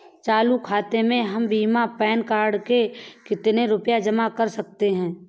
चालू खाता में हम बिना पैन कार्ड के कितनी रूपए जमा कर सकते हैं?